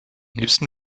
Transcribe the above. liebsten